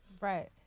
Right